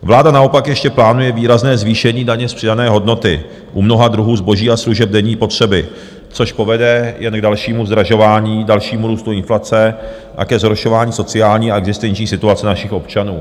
Vláda naopak ještě plánuje výrazné zvýšení daně z přidané hodnoty u mnoha druhů zboží a služeb denní potřeby, což povede jen k dalšímu zdražování, dalšímu růstu inflace a ke zhoršování sociální a existenční situace našich občanů.